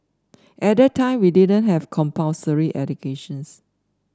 at that time we didn't have compulsory educations